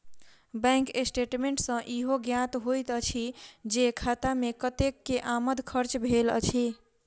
bank statement सॅ ईहो ज्ञात होइत अछि जे खाता मे कतेक के आमद खर्च भेल अछि